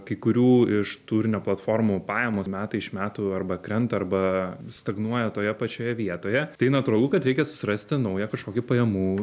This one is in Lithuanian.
kai kurių iš turinio platformų pajamos metai iš metų arba krenta arba stagnuoja toje pačioje vietoje tai natūralu kad reikia susirasti naują kažkokį pajamų